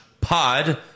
Pod